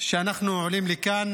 שאנחנו עולים לכאן